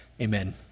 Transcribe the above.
amen